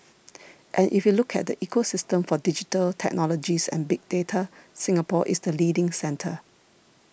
and if you look at the ecosystem for digital technologies and big data Singapore is the leading centre